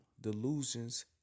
delusions